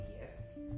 yes